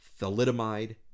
thalidomide